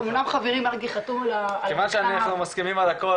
אמנם חברי מרגי חתום על הבקשה --- כיוון שאנחנו מסכימים על הכול,